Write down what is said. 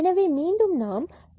எனவே மீண்டும் நாம் 1 12 2